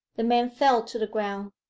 the man fell to the ground.